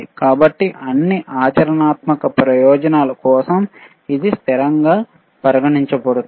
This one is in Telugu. కాబట్టి అన్ని ఆచరణాత్మక ప్రయోజనాల కోసం ఇది స్థిరంగా పరిగణించబడుతుంది